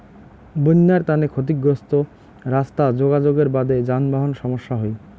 বইন্যার তানে ক্ষতিগ্রস্ত রাস্তা যোগাযোগের বাদে যানবাহন সমস্যা হই